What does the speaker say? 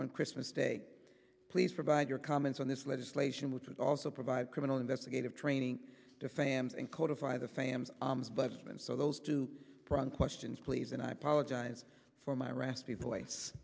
on christmas day please provide your comments on this legislation which would also provide criminal investigative training to fans and codify the fams but even so those two prong questions please and i apologize for my raspy voice